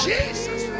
Jesus